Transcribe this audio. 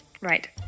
Right